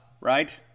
right